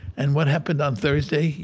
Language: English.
and what happened on thursday?